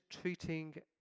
treating